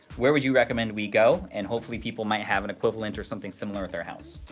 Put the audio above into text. where would you recommend we go? and hopefully people might have an equivalent or something similar at their house.